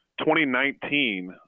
2019